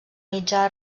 mitjà